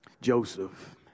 Joseph